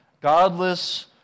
godless